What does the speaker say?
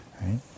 right